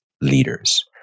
leaders